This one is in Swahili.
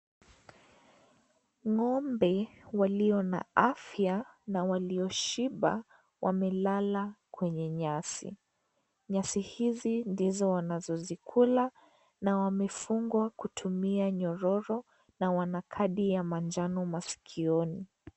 Ng'ombe walio na afya na walioshiba wamelala kwenye nyasi , nyasi hizi ndizo wanazozikula na wamefungwa kutumia nyororo na wana kadi ya manjano maskioni.